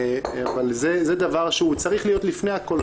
זה דבר שהוא צריך להיות לפני הכול.